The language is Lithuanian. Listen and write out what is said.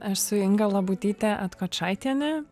esu inga labutytė atkočaitienė